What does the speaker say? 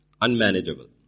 unmanageable